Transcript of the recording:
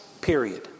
period